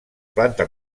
planta